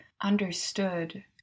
understood